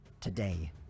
Today